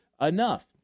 enough